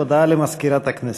הודעה למזכירת הכנסת.